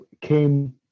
came